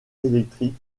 électrique